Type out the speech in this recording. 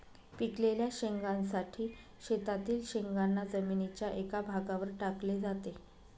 पिकलेल्या शेंगांसाठी शेतातील शेंगांना जमिनीच्या एका भागावर टाकले जाते